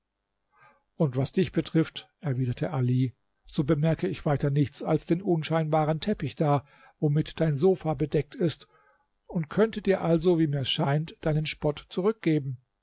und was dich betrifft erwiderte ali so bemerke ich weiter nichts als den unscheinbaren teppich da womit dein sofa bedeckt ist und könnte dir also wie mir's scheint deinen spott zurückgeben